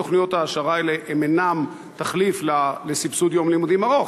תוכניות ההעשרה האלה אינן תחליף לסבסוד יום לימודים ארוך,